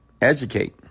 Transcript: educate